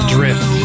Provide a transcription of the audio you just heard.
Drift